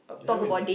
ya when